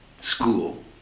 school